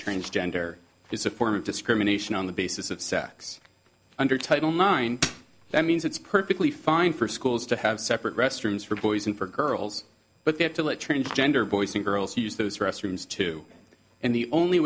transgender is a form of discrimination on the basis of sex under title nine that means it's perfectly fine for schools to have separate restrooms for boys and for girls but they have to let transgender boys and girls use those restrooms too and the only